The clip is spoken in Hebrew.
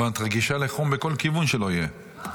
את רגישה לחום בכל כיוון שלא יהיה.